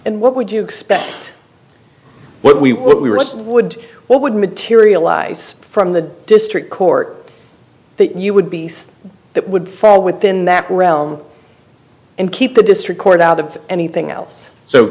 and what would you expect what we what we what would what would materialize from the district court that you would be that would fall within that realm and keep the district court out of anything else so